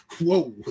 whoa